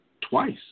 twice